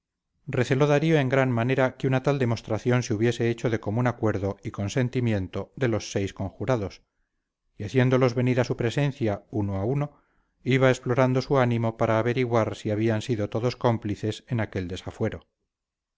receló darío en gran manera que una tal demostración se hubiese hecho de común acuerdo y consentimiento de los seis conjurados y haciéndolos venir a su presencia uno a uno iba explorando su ánimo para averiguar si habían sido todos cómplices en aquel desafuero